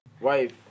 Wife